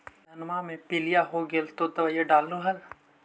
धनमा मे पीलिया हो गेल तो दबैया डालो हल?